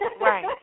Right